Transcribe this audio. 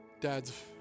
Dads